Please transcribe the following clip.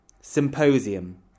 Symposium